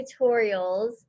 tutorials